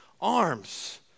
arms